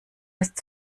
ist